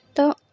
তো